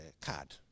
card